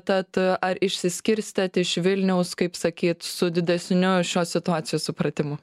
tad ar išsiskirstėt iš vilniaus kaip sakyt su didesniu šios situacijos supratimu